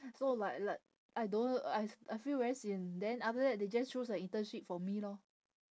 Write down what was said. so like like I don't I I feel very sian then after that they just choose a internship for me lor